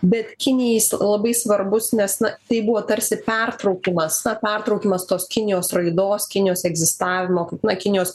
bet kinijai jis labai svarbus nes na tai buvo tarsi pertraukimas pertraukimas tos kinijos raidos kinijos egzistavimo kaip na kinijos